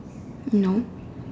no